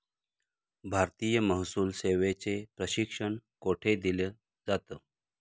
भारतीय महसूल सेवेचे प्रशिक्षण कोठे दिलं जातं?